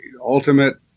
ultimate